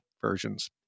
versions